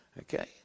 okay